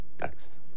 Next